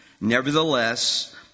Nevertheless